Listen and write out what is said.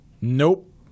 Nope